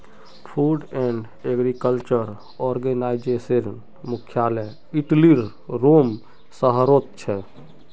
food and agriculture आर्गेनाईजेशनेर मुख्यालय इटलीर रोम शहरोत छे